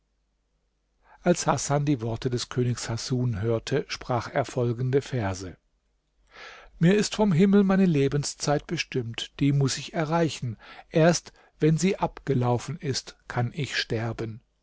als hasan die worte des königs hasun hörte sprach er folgende verse mir ist vom himmel meine lebenszeit bestimmt die muß ich erreichen erst wenn sie abgelaufen ist kann ich sterben